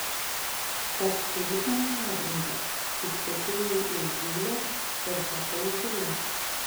tad turiu tam pagrindą ištekėjau už zylės ir tapau zyle